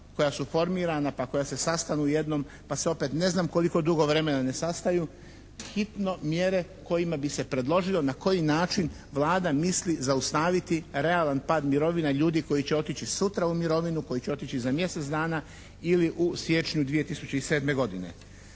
koja su formirana koja se sastanu jednom, pa se opet ne znam koliko dugo vremena ne sastaju, hitno mjere kojima bi se predložilo na koji način Vlada mislim zaustaviti realan pad mirovina ljudi koji će otići sutra u mirovinu, koji će otići za mjesec dana ili u siječnju 2007. godine.